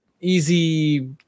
easy